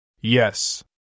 Yes